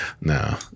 No